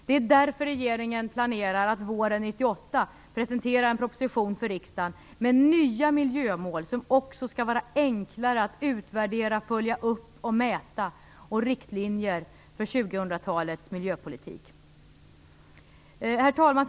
Det är därför regeringen planerar att våren 1998 presentera en proposition för riksdagen med nya miljömål, som också skall vara enklare att utvärdera, följa upp och mäta, och med riktlinjer för 2000-talets mål. Herr talman!